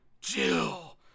Jill